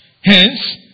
Hence